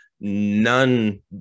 none